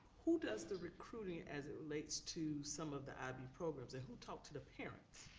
who does the recruiting as it relates to some of the ib programs, and who talks to the parents?